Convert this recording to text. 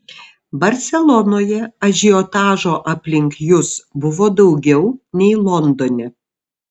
barselonoje ažiotažo aplink jus buvo daugiau nei londone